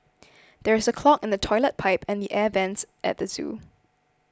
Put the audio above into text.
there is a clog in the Toilet Pipe and the Air Vents at the zoo